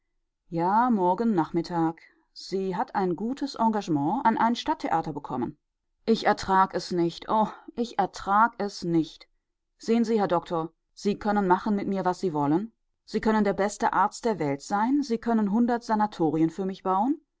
ja morgen nachmittag sie hat ein gutes engagement an ein stadttheater bekommen ich ertrag es nicht oh ich ertrag es nicht sehen sie herr doktor sie können machen mit mir was sie wollen sie können der beste arzt der welt sein sie können hundert sanatorien für mich bauen